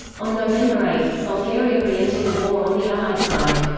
on november eight, bulgaria reentered the war on the allied side.